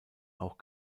auch